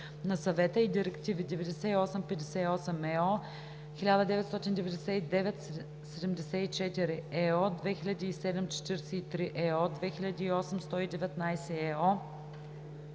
на Съвета и директиви 98/58/ЕО, 1999/74/ЕО, 2007/43/ЕО, 2008/119/ЕО